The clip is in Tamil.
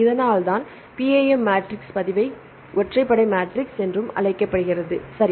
இதனால்தான் PAM மேட்ரிக்ஸ் பதிவு ஒற்றைப்படை மேட்ரிக்ஸ் என்றும் அழைக்கப்படுகிறது சரி